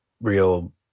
real